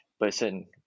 person